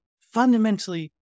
fundamentally